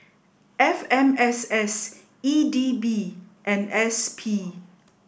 F M S S E D B and S P